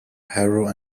harrow